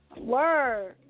Word